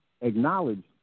acknowledge